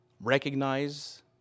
recognize